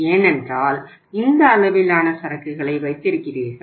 ஏனென்றால் இந்த அளவிலான சரக்குகளை வைத்திருக்கிறீர்கள்